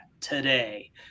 today